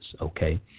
okay